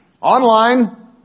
Online